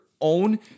own